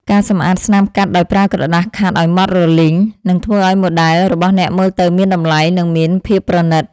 ការសម្អាតស្នាមកាត់ដោយប្រើក្រដាសខាត់អោយម៉ដ្តរលីងនឹងធ្វើឱ្យម៉ូដែលរបស់អ្នកមើលទៅមានតម្លៃ និងមានភាពប្រណីត។